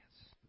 Yes